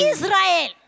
Israel